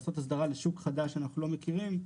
לקדם הסדרה לשוק חדש שאנחנו לא מכירים,